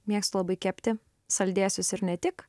mėgstu labai kepti saldėsius ir ne tik